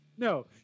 No